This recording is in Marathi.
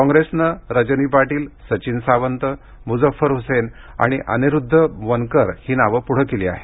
कॉंग्रेसनं रजनी पाटील सचिन सावंत मुझफ्फर हुसेन आणि अनिरुद्ध वनकर ही नावं पुढे केली आहेत